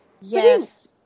Yes